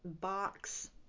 box